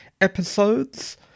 episodes